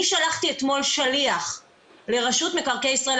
אני שלחתי אתמול שליח לרשות מקרקעי ישראל,